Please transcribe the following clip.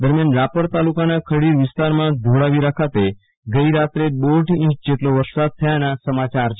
દરમ્યાન રાપર તાલુકાના ખડીર વિસ્તારમાં ધોળાવીરા ખાતે રાત્રે દોઢ ઈંચ જેટ લો વરસાદ થયાના સમાચાર છે